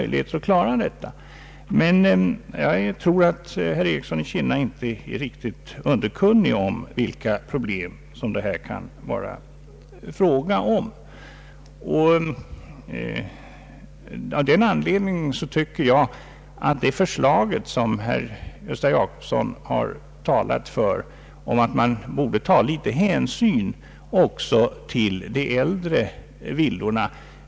Jag tror inte att herr Ericsson i Kinna är riktigt underkunnig om vilka problem det kan vara fråga om. Av den anledningen tycker jag att det finns skäl för det förslag som herr Gösta Jacobsson har talat för, nämligen att man borde ta litet hänsyn även till de äldre villorna.